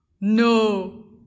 no